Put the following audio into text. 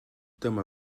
dyma